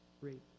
Great